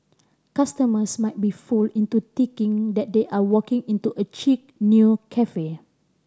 customers might be fooled into ticking that they are walking into a chic new cafe